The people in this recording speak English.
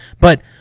but-